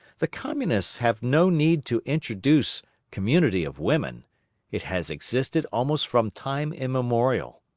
the communists have no need to introduce community of women it has existed almost from time immemorial.